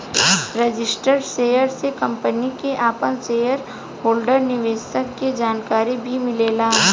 registered share से company के आपन शेयर होल्डर निवेशक के जानकारी भी मिलेला